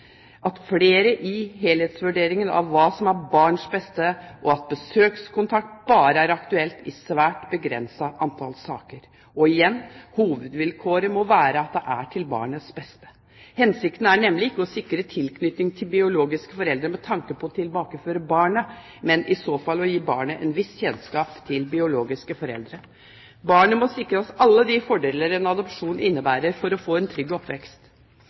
flere i helhetsvurderingen av hva som er barns beste, og at besøkskontakt bare er aktuelt i et svært begrenset antall saker. Og igjen: Hovedvilkåret må være at det er til barnets beste. Hensikten er nemlig ikke å sikre tilknytning til biologiske foreldre med tanke på å tilbakeføre barnet, men i så fall å gi barnet en viss kjennskap til biologiske foreldre. Barnet må sikres alle de fordelene en adopsjon innebærer, for å få en trygg oppvekst.